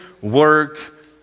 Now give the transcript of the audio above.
work